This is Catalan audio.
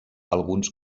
alguns